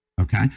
okay